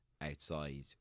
outside